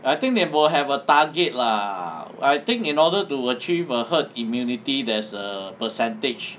I think they will have a target lah like I think in order to achieve a herd immunity there's a percentage